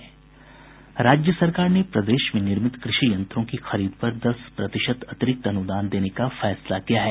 राज्य सरकार ने प्रदेश में निर्मित कृषि यंत्रों की खरीद पर दस प्रतिशत अतिरिक्त अनुदान देने का फैसला किया है